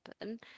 happen